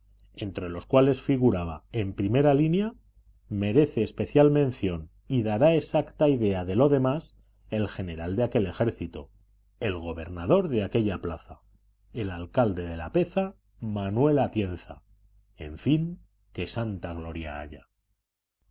entre los cuales figuraba en primera línea merece especial mención y dará exacta idea de lo demás el general de aquel ejército el gobernador de aquella plaza el alcalde de lapeza manuel atienza en fin que santa gloria haya